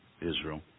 Israel